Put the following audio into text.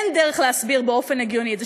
אין דרך להסביר את זה באופן הגיוני.